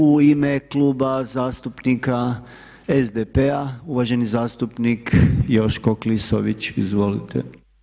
U ime Kluba zastupnika SDP-a uvaženi zastupnik Joško Klisović, izvolite.